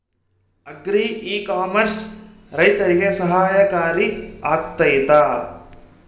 Agri e commerce ರೈತರಿಗೆ ಸಹಕಾರಿ ಆಗ್ತೈತಾ?